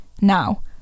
now